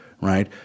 right